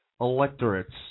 electorates